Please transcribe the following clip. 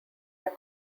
are